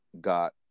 got